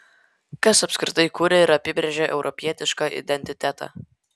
kas apskritai kuria ir apibrėžia europietišką identitetą